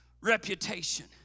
reputation